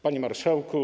Panie Marszałku!